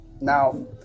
Now